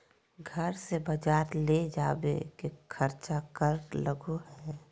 घर से बजार ले जावे के खर्चा कर लगो है?